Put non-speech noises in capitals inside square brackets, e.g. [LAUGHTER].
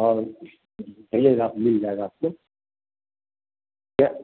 और [UNINTELLIGIBLE] कहिएगा मिल जाएगा आपको क्या